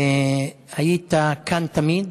היית כאן תמיד,